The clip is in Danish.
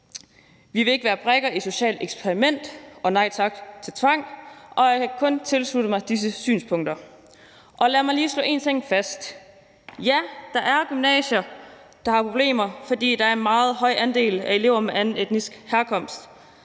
»Vi vil ikke være brikker i et socialt eksperiment!« og »Nej tak til tvang«, og jeg kan kun tilslutte mig disse synspunkter. Lad mig lige slå én ting fast. Ja, der er gymnasier, der har problemer, fordi der er en meget høj andel af elever med anden etnisk herkomst.